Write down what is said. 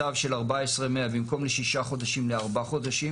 14,100 במקום לשישה חודשים לארבעה חודשים.